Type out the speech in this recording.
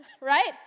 right